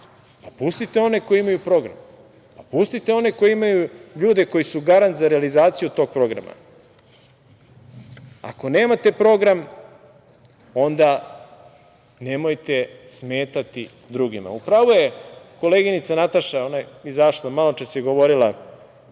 Pustite one koji imaju program, pustite one koji imaju ljude koji su garant za realizaciju tog programa. Ako nemate program onda nemojte smetati drugima.U pravu je koleginica Nataša, ona je maločas govorila,